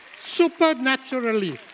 supernaturally